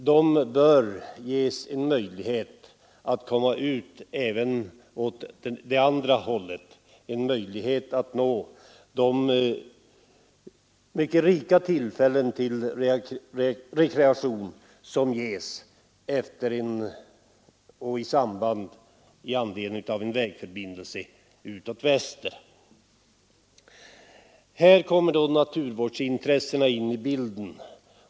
De bör ges möjlighet att åka även åt det andra hållet, en möjlighet att med bil nå de mycket rika tillfällen till rekreation som finns västerut. Det är här naturvårdsintressena kommer in i bilden.